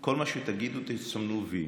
כל מה שתגידו תסמנו וי.